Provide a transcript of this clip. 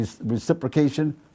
reciprocation